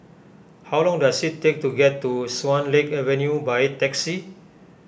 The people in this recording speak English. how long does it take to get to Swan Lake Avenue by taxi